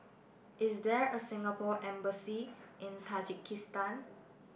is there a Singapore Embassy in Tajikistan